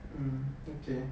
mm okay